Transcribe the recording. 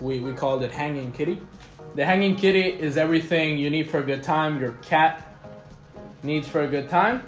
we we called it hanging kitty the hanging kitty is everything you need for a good time your cat needs for a good time